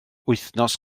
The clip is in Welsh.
wythnos